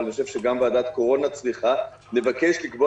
אבל אני חושב שגם ועדת הקורונה צריכה לבקש לקבוע